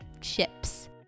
Chips